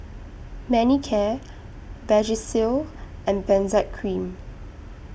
Manicare Vagisil and Benzac Cream